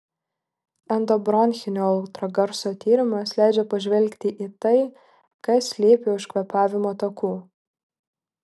endobronchinio ultragarso tyrimas leidžia pažvelgti į tai kas slypi už kvėpavimo takų